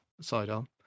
sidearm